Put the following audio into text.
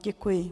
Děkuji.